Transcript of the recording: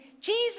Jesus